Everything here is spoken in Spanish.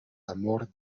amor